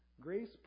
Grace